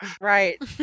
Right